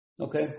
Okay